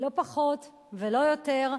לא פחות ולא יותר,